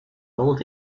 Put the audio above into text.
old